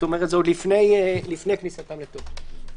כלומר זה עוד לפני כניסתם לתוקף.